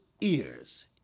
ears